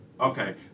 Okay